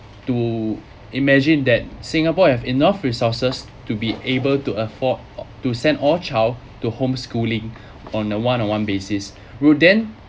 to imagine that singapore have enough resources to be able to afford to send all child to homeschooling on a one on one basis then